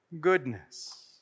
goodness